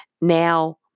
now